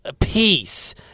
Peace